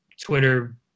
Twitter